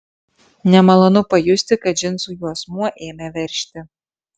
nemalonu pajusti kad džinsų juosmuo ėmė veržti